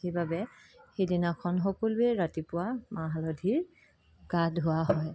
সেইবাবে সেইদিনাখন সকলোৱে ৰাতিপুৱা মাহ হালধিৰ গা ধোৱা হয়